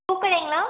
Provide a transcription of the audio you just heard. பூக்கடைங்களா